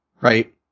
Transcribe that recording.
right